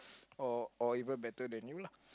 or or even better than you lah